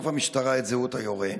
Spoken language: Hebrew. גדולה,